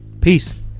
Peace